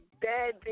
bad